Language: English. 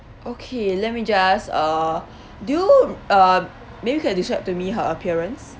okay let me just uh do you uh maybe can describe to me her appearance